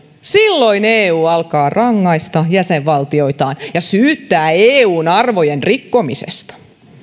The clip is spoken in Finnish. silloin eu alkaa rangaista jäsenvaltioitaan ja syyttää eun arvojen rikkomisesta